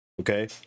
okay